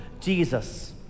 Jesus